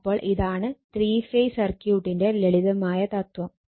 അപ്പോൾ ഇതാണ് three phase സർക്യൂട്ടിന്റെ ലളിതമായ തത്വം